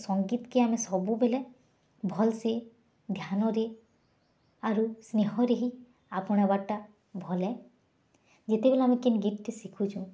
ସଂଗୀତ୍ କେ ଆମେ ସବୁବେଲେ ଭଲ୍ ସେ ଧ୍ୟାନରେ ଆରୁ ସ୍ନେହରେ ହି ଆପଣାଇବାର୍ ଟା ଭଲ୍ ହେ ଯେତେବେଲେ ଆମେ କେନ୍ ଗୀତ୍ କେ ଶିଖୁଛୁଁ